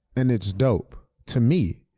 and it's dope, to me.